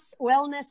wellness